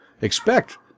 expect